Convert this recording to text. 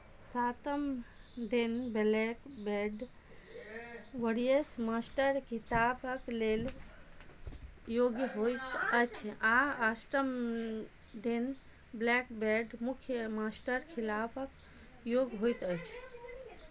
सातम dan black belt वरीय master ख़िताबक लेल योग्य होइत अछि आ अष्टम डैन ब्लैक बेल्ट मुख्य मास्टर खिताबक योग्य होइत अछि